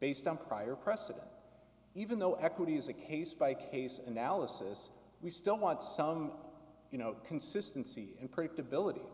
based on prior precedent even though equity is a case by case and alice's we still want some you know consistency and predictability